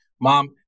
mom